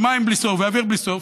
ומים בלי סוף ואוויר בלי סוף,